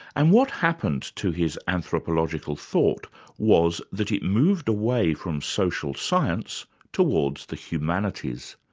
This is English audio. and what happened to his anthropological thought was that it moved away from social science towards the humanities.